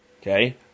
Okay